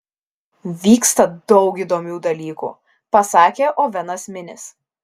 vyksta daug įdomių dalykų pasakė ovenas minis